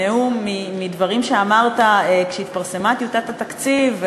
מדברים שאמרת כשהתפרסמה טיוטת התקציב.